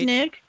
Nick